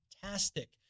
fantastic